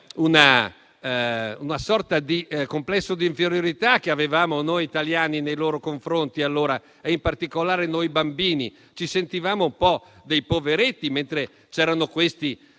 una sorta di complesso di inferiorità che avevamo noi italiani nei loro confronti. In particolare noi bambini ci sentivamo un po' dei poveretti, mentre c'erano questi